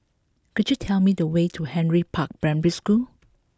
could you tell me the way to Henry Park Primary School